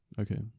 Okay